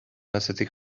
atzetik